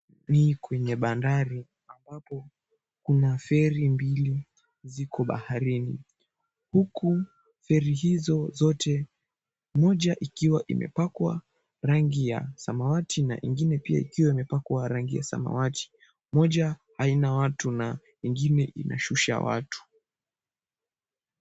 Ni kwenye bandari ambapo kuna feri mbili ziko baharini huku feri hizo zote, moja ikiwa imepakwa rangi ya samawati na ingine pia ikiwa imepakwa rangi ya samawati. Moja haina watu na ingine inashusha watu.